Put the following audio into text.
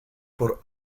por